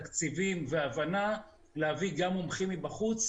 תקציבים והבנה להביא גם מומחים מבחוץ